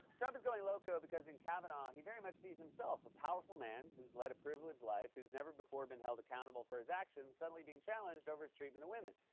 trump is going loco, because, in kavanaugh, he very much sees himself a powerful man who's led a privileged life, who's never before been held accountable for his actions, suddenly being challenged over his treatment of women.